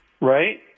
Right